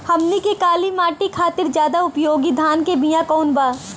हमनी के काली माटी खातिर ज्यादा उपयोगी धान के बिया कवन बा?